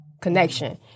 connection